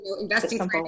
investing